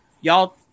y'all